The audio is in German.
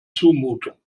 zumutung